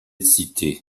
cité